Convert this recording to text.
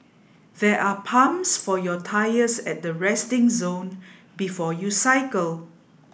there are pumps for your tyres at the resting zone before you cycle